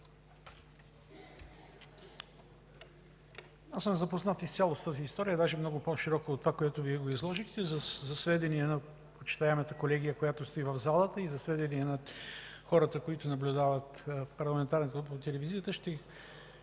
Аз съм запознат изцяло с тази история, даже много по-широко от това, което Вие изложихте. За сведение на почитаемата колегия, която стои в залата, и за сведение на хората, които наблюдават парламентарния контрол по телевизията, ще Ви